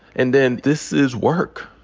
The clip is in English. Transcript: and then this is work.